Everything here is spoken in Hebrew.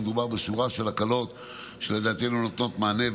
מדובר בשורה של הקלות שלדעתנו נותנות מענה,